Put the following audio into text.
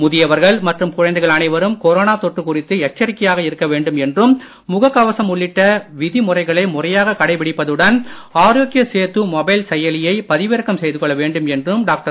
முதியவர்கள் மற்றும் குழந்தைகள் அனைவரும் கொரோனா தொற்று குறித்து எச்சரிக்கையாக இருக்க வேண்டும் என்றும் முகக் கவசம் உள்ளிட்ட விதிழுறைகளை ஆரோக்கிய சேது மொபைல் செயலியை பதிவிறக்கம் செய்துகொள்ள வேண்டும் என்றும் டாக்டர்